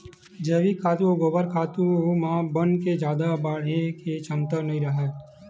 जइविक खातू अउ गोबर खातू म बन के जादा बाड़हे के छमता नइ राहय